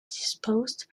disposed